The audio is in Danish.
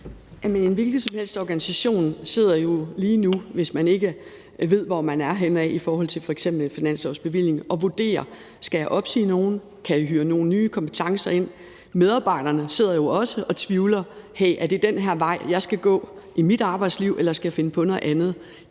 En hvilken som helst organisation sidder jo lige nu, hvis man ikke ved, hvor man er henne i forhold til f.eks. en finanslovsbevilling, og vurderer: Skal jeg opsige nogen? Kan jeg hyre nogen nye kompetencer ind? Medarbejderne sidder jo også og tvivler: Hey, er det den her vej, jeg skal gå i mit arbejdsliv, eller skal jeg finde på noget andet?